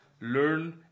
learn